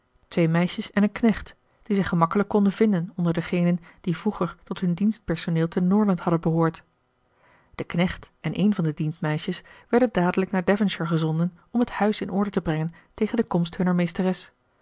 drie twee meisjes en een knecht die zij gemakkelijk konden vinden onder degenen die vroeger tot hun dienstpersoneel te norland hadden behoord de knecht en een van de dienstmeisjes werden dadelijk naar devonshire gezonden om het huis in orde te brengen tegen de komst hunner meesteres